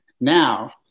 now